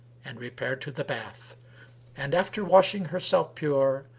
and repaired to the bath and, after washing herself pure,